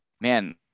man